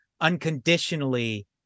unconditionally